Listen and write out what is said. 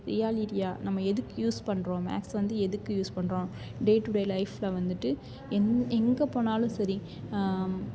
ரியாலிட்டியாக நம்ம எதுக்கு யூஸ் பண்ணுறோம் மேக்ஸ் வந்து எதுக்கு யூஸ் பண்ணுறோம் டே டுடே லைஃபில் வந்துட்டு எந் எங்கே போனாலும் சரி